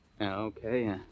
Okay